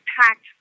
packed